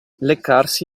leccarsi